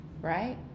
right